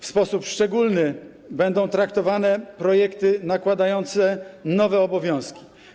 W sposób szczególny będą traktowane projekty nakładające nowe obowiązki.